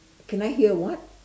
can I hear what